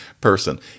person